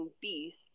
beast